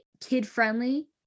kid-friendly